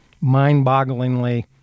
mind-bogglingly